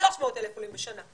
300,000 עולים בשנה,